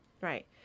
Right